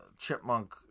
chipmunk